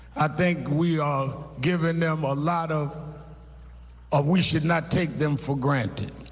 i think we are giving them a lot of of we should not take them for granted.